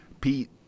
pete